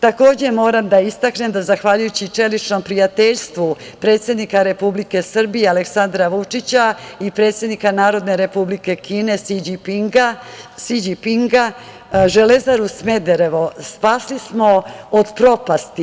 Takođe, moram da istaknem da zahvaljujući čeličnom prijateljstvu predsednika Republike Srbije, Aleksandra Vučića i predsednika Narodne Republike Kine Si Đipinga, Železeru Smederevo spasili smo od propasti.